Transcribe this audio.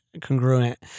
congruent